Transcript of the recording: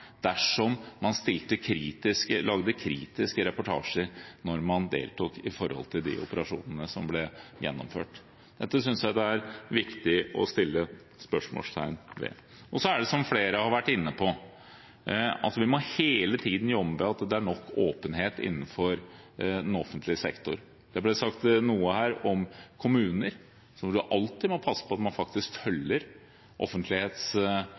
dersom man lagde kritiske reportasjer når man deltok ved de operasjonene som ble gjennomført? Dette synes jeg det er viktig å sette spørsmålstegn ved. Så må vi, som flere har vært inne på, hele tiden jobbe for at det er nok åpenhet innenfor den offentlige sektor. Det ble sagt noe her om kommuner. Jeg tror vi alltid må passe på at man faktisk følger